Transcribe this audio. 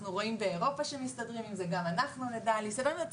אנחנו רואים באירופה שמסתדרים עם זה וגם אנחנו נדע להסתדר עם זה.